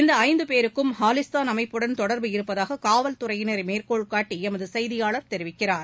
இந்த ஐந்து பேருக்கும் ஹாலிஸ்தான் அமைப்புடன் தொடர்பு இருப்பதாக காவல்துறையினரை மேற்கோள்காட்டி எமது செய்தியாளர் தெரிவிக்கிறார்